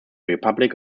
republic